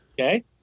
Okay